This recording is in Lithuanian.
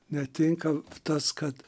netinka tas kad